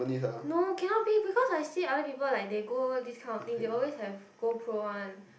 no cannot be because I see other people like they go this kind of thing they always have go pro one